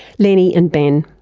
leni and ben.